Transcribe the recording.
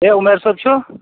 ہَے عُمر صٲب چھُو